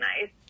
nice